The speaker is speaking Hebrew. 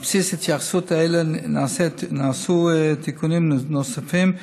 על בסיס התייחסויות אלו נעשו תיקונים נוספים,